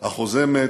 החוזה מת